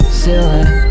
ceiling